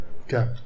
Okay